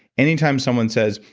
any time someone says,